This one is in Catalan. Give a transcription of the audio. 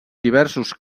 diversos